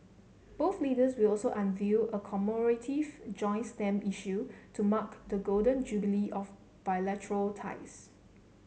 both leaders will also unveil a commemorative joint stamp issue to mark the Golden Jubilee of bilateral ties